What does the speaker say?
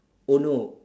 oh no